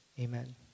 Amen